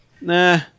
nah